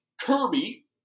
Kirby